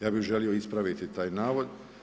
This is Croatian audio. Ja bi želio ispraviti taj navod.